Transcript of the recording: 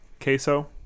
queso